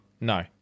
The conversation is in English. No